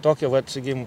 tokia vat sakykim